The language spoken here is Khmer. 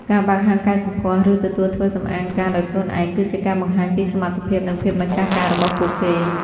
ការបើកហាងកែសម្ផស្ស ឬទទួលធ្វើសម្អាងការដោយខ្លួនឯង គឺជាការបង្ហាញពីសមត្ថភាព និងភាពម្ចាស់ការរបស់ពួកគេ។